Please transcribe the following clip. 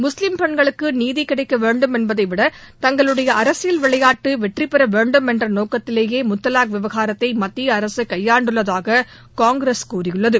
முஸ்லீம் பெண்களுக்கு நீதி கிடைக்க வேண்டும் என்பதைவிட தங்களுடைய அரசியல் விளையாட்டு வெற்றிபெற வேண்டும் என்ற நோக்கத்திலேயே முத்தலாக் விவகாரத்தை மத்திய அரக கையாண்டுள்ளதாக காங்கிரஸ் கூறியுள்ளது